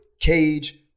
cage